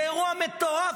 זה אירוע מטורף.